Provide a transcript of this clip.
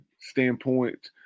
standpoint